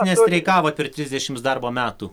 nestreikavot per trisdešims darbo metų